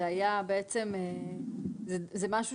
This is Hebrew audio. זה משהו